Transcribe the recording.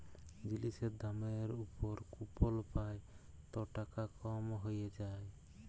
জিলিসের দামের উপর কুপল পাই ত টাকা কম হ্যঁয়ে যায়